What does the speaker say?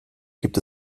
gibt